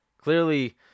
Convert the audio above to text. Clearly